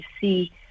see